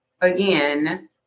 again